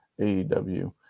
AEW